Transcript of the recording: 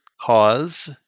cause